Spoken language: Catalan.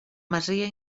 masia